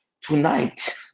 Tonight